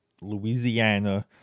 Louisiana